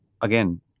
again